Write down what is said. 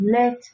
Let